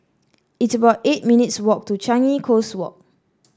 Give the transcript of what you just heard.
it's about eight minutes walk to Changi Coast Walk